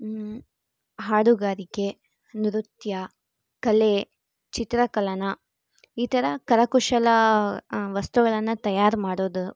ಹಾಡುಗಾರಿಕೆ ನೃತ್ಯ ಕಲೆ ಚಿತ್ರಕಲನ ಈ ಥರ ಕರಕುಶಲ ವಸ್ತುಗಳನ್ನು ತಯಾರು ಮಾಡೋದು